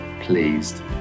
pleased